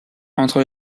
entre